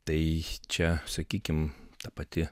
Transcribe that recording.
tai čia sakykim ta pati